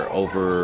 over